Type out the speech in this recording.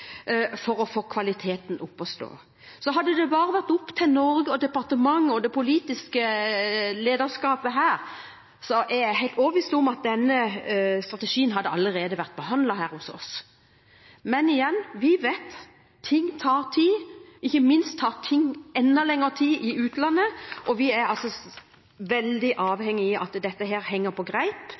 for å få kvaliteten opp å stå. Hadde det bare vært opp til Norge, departementet og det politiske lederskapet her, er jeg helt overbevist om at denne strategien allerede hadde vært behandlet her hos oss. Men igjen: Vi vet at ting tar tid. Ikke minst tar ting enda lenger tid i utlandet, og vi er altså veldig avhengig av at dette henger på greip,